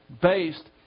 based